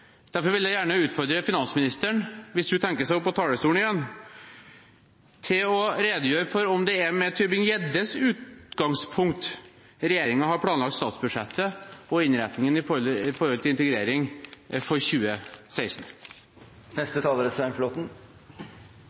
Derfor vil jeg gjerne utfordre finansministeren hvis hun tenker seg opp på talerstolen igjen, til å redegjøre for om det er med Tybring-Gjeddes utgangspunkt regjeringen har planlagt statsbudsjettet og innretningen av integreringen for 2016. Det er